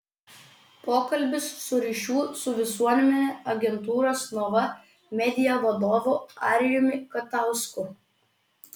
pokalbis su ryšių su visuomene agentūros nova media vadovu arijumi katausku